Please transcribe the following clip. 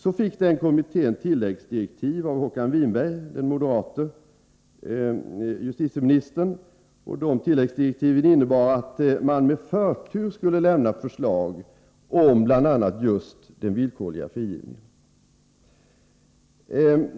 Så fick kommittén tilläggsdirektiv av Håkan Winberg — den moderate justitieministern. De tilläggsdirektiven innebar att man med förtur skulle lämna förslag om bl.a. just den villkorliga frigivningen.